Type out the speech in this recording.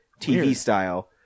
TV-style